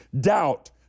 doubt